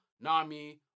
Nami